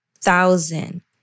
thousand